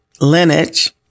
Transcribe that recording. lineage